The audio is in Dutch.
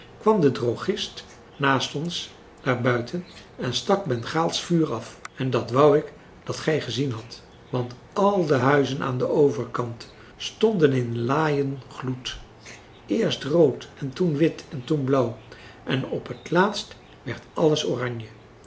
kwam de drogist naast ons naar buiten en stak bengaalsch vuur af en dat wou ik dat gij gezien hadt want al de huizen aan den overkant stonden in laaien gloed eerst rood en toen wit en toen blauw en op het laatst werd alles oranje